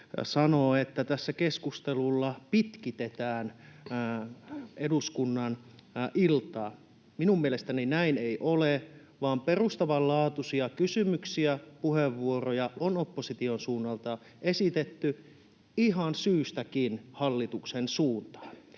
sanoo, että tässä keskustelulla pitkitetään eduskunnan iltaa. Minun mielestäni näin ei ole, vaan perustavanlaatuisia kysymyksiä ja puheenvuoroja on opposition suunnalta esitetty ihan syystäkin hallituksen suuntaan.